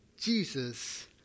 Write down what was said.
Jesus